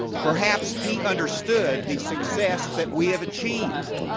perhaps he understood the success that we have achieved